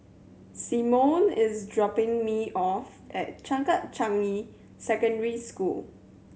Symone is dropping me off at Changkat Changi Secondary School